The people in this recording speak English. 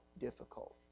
difficult